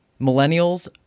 millennials